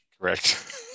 Correct